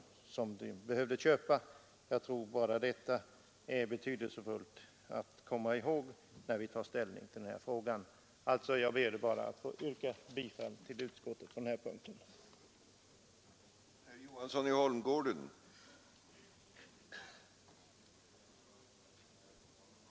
Jag tror att det är betydelsefullt att komma ihåg detta när vi tar ställning till denna fråga. Jag ber att få yrka bifall till utskottets hemställan på denna punkt.